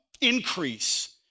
increase